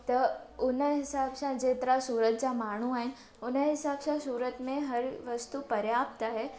त उन हिसाब सां जेतिरा सूरत जा माण्हू आहिनि उन हिसाब सां सूरत में हर वस्तू पर्याप्त आहे